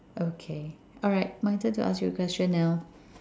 okay alright my turn to ask you a question now